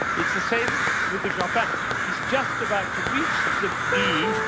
it's the same with the chopin. he's just about to reach the e,